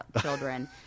children